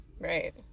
Right